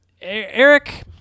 Eric